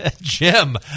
jim